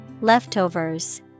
Leftovers